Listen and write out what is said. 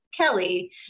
Kelly